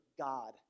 God